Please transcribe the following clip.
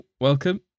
welcome